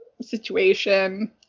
situation